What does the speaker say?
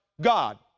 God